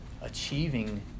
achieving